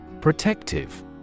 Protective